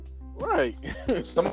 right